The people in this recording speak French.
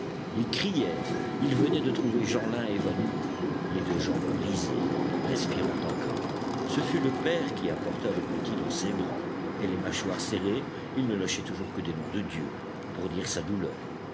ils crièrent ils venaient de trouver jeanlin évanoui les deux jambes brisées respirant encore ce fut le père qui apporta le petit dans ses bras et les mâchoires serrées il ne lâchait toujours que des nom de dieu pour dire sa douleur